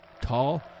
tall